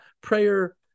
prayer